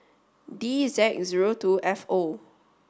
D Z zero two F O